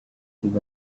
tiba